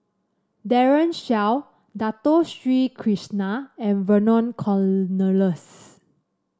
Daren Shiau Dato Sri Krishna and Vernon Cornelius